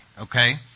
Okay